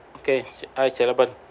okay hi Sarapan